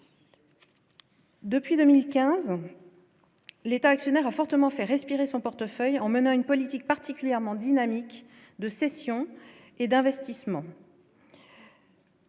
Depuis 2015, l'État actionnaire a fortement fait respirer son portefeuille en menant une politique particulièrement dynamique de cessions et d'investissement.